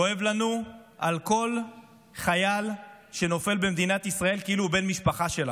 כואב לנו על כל חייל שנופל במדינת ישראל כאילו הוא בן משפחה שלנו.